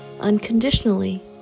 unconditionally